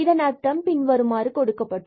இதன் அர்த்தம் பின்வருமாறு கொடுக்கப்பட்டுள்ளது